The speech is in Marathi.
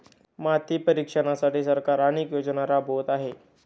माती परीक्षणासाठी सरकार अनेक योजना राबवत आहे